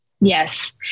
Yes